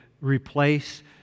Replace